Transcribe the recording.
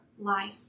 life